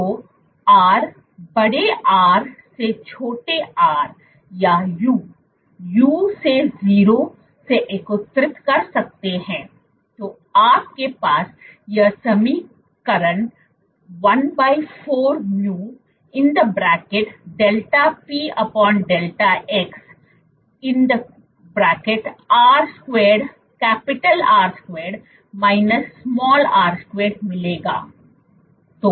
तो Rबड़े R से छोटे r या u u से 0 से एकीकृत कर सकते हैं तो आपके पास यह समीकरण 14µ δpδx R2 - r2 मिलेगा